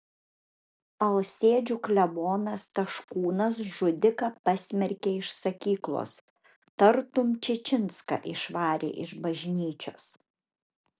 alsėdžių klebonas taškūnas žudiką pasmerkė iš sakyklos tartum čičinską išvarė iš bažnyčios